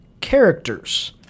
Characters